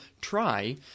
try